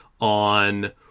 on